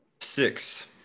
Six